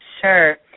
Sure